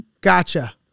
Gotcha